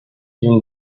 even